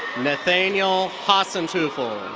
nathaniel hassenteufel.